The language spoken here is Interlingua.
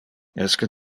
esque